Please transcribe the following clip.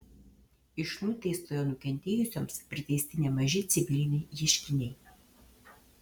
iš nuteistojo nukentėjusioms priteisti nemaži civiliniai ieškiniai